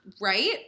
Right